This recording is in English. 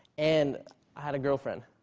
and i had a girlfriend.